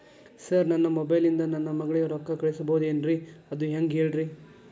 sir ನನ್ನ mobile ಇಂದ ನನ್ನ ಮಗಳಿಗೆ ರೊಕ್ಕಾ ಕಳಿಸಬಹುದೇನ್ರಿ ಅದು ಹೆಂಗ್ ಹೇಳ್ರಿ